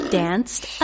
danced